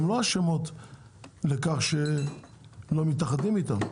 הן לא אשמות בכך שלא מתאחדים אתן.